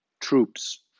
troops